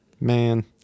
Man